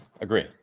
agree